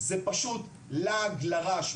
וזה פשוט לעג לרש.